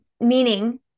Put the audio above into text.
Meaning